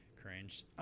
Cringe